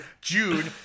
June